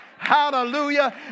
hallelujah